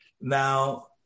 now